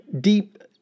deep